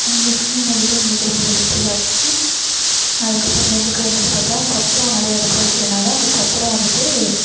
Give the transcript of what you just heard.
அந்த ஸ்கீம் வந்துட்டு எங்களுக்கு ரொம்ப ஹெல்ப்ஃபுல்லாக இருக்குது அதுக்கப்புறமேட்டுக்கு வந்துட்டு பார்த்தா சத்திரம் நிறைய இடத்துல வக்கிறதுனால அந்த சத்திரம் வந்துட்டு